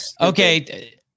Okay